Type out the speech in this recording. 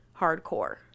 hardcore